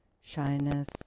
shyness